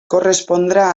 correspondrà